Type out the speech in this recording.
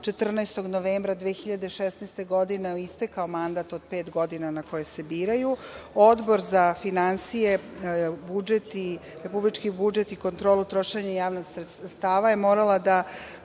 14. novembra 2016. godine, istekao mandat od pet godina na koje se biraju, Odbor za finansije, republički budžet i kontrolu trošenja javnih sredstava, je morala da